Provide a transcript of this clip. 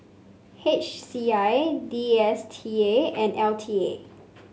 H C I D S T A and L T A